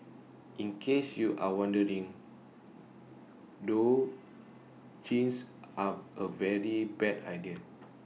in case you are wondering though jeans are A very bad idea